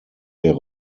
wäre